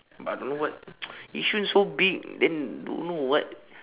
but I don't know what yishun so big then don't know what